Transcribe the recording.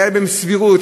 היו בהם סבירות,